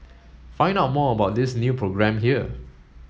find out more about this new programme here